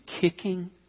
kicking